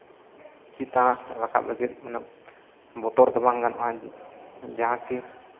ᱪᱮᱛᱟᱱ ᱨᱟᱠᱟᱵ ᱞᱟᱹᱜᱤᱫ ᱩᱱᱟᱹᱜ ᱵᱚᱛᱚᱨ ᱫᱚ ᱵᱟᱝ ᱜᱟᱱᱚᱜᱼᱟ ᱡᱟᱦᱟᱸ ᱠᱤ